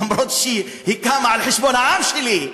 אף שהיא קמה על חשבון העם שלי,